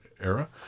era